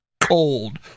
cold